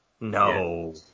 No